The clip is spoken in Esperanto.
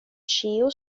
ĉiu